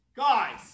Guys